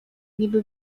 niby